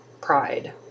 Pride